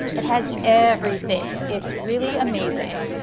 it has everything. it's really amazing.